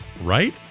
right